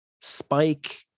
spike